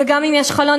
וגם אם יש חלון,